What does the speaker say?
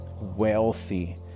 wealthy